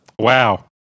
Wow